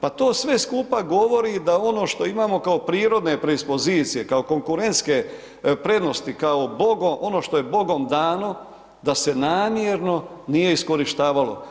Pa to sve skupa govori, da ono što imamo kao prirodne predispozicije, kao konkurentske prednosti, kao ono što je bogom dano da se namjerno nije iskorištavalo.